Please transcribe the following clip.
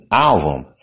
album